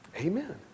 Amen